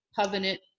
covenant